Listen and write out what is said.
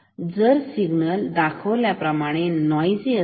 जर सिग्नल दाखवल्याप्रमाणे नोईझी असेल